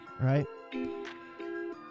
Right